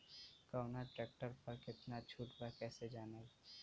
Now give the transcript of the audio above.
कवना ट्रेक्टर पर कितना छूट बा कैसे जानब?